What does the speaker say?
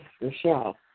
Michelle